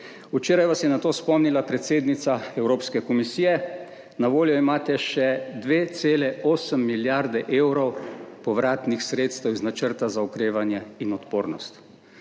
Včeraj vas je na to spomnila predsednica Evropske komisije, na voljo imate še 2,8 milijarde evrov povratnih sredstev iz Načrta za okrevanje in odpornost.